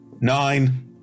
Nine